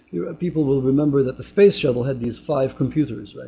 you know people will remember that the space shuttle had these five computers,